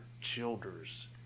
Childers